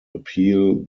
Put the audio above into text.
appeal